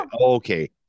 okay